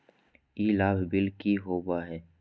ई लाभ बिल की होबो हैं?